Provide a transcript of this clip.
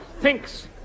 Thinks